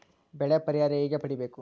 ಬೆಳೆ ಪರಿಹಾರ ಹೇಗೆ ಪಡಿಬೇಕು?